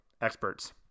experts